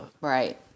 Right